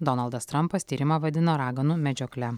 donaldas trampas tyrimą vadino raganų medžiokle